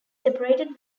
separated